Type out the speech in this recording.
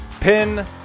pin